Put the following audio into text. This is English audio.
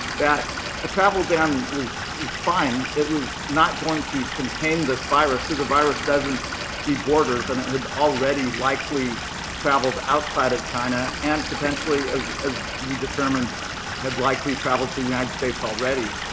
that the travel ban was was fine. it was not going to contain this virus because the virus doesn't see borders and it had already likely traveled outside of china and potentially as as we determined had likely traveled to the united states already.